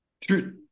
true